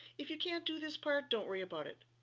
if you can't do this part, don't worry about it.